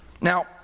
Now